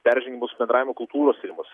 peržengiamos bendravimo kultūros ribos